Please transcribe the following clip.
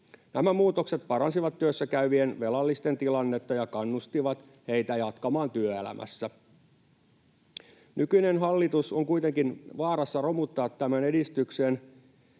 Nämä muutokset paransivat työssäkäyvien velallisten tilannetta ja kannustivat heitä jatkamaan työelämässä. Nykyinen hallitus on kuitenkin vaarassa romuttaa tämän edistyksen,